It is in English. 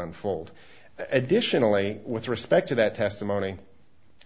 unfold additionally with respect to that testimony